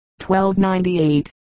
1298